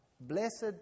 Blessed